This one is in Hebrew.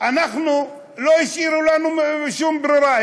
לא השאירו לנו שום ברירה.